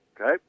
Okay